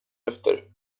efter